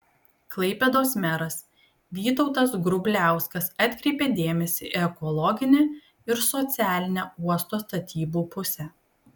klaipėdos meras vytautas grubliauskas atkreipė dėmesį į ekologinę ir socialinę uosto statybų pusę